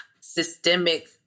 systemic